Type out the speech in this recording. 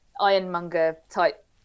ironmonger-type